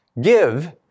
Give